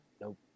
Nope